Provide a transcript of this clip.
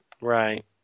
right